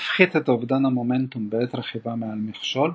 להפחית את אובדן המומנטום בעת רכיבה מעל מכשול,